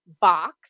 box